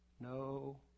no